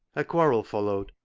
a quarrel followed,